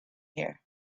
here